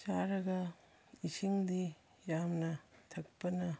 ꯆꯥꯔꯒ ꯏꯁꯤꯡꯗꯤ ꯌꯥꯝꯅ ꯊꯛꯄꯅ